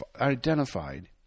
identified